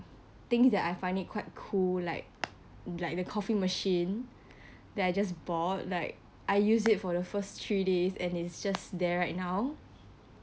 things that I find it quite cool like like the coffee machine that I just bought like I used it for first three days and it's just there right now